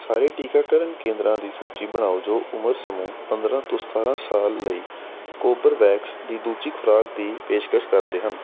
ਸਾਰੇ ਟੀਕਾਕਰਨ ਕੇਂਦਰਾਂ ਦੀ ਸੂਚੀ ਬਣਾਓ ਜੋ ਉਮਰ ਸਮੂਹ ਪੰਦਰ੍ਹਾਂ ਤੋਂ ਸਤਾਰ੍ਹਾਂ ਸਾਲ ਲਈ ਕੋਬਰਵੈਕਸ ਦੀ ਦੂਜੀ ਖੁਰਾਕ ਦੀ ਪੇਸ਼ਕਸ਼ ਕਰਦੇ ਹਨ